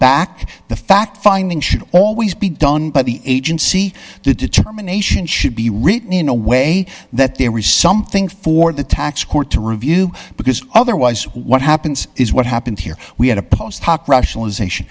back to fact finding should always be done by the agency the determination should be written in a way that there was something for the tax court to review because otherwise what happens is what happened here we had a post hoc rationalization